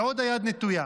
ועוד היד נטויה.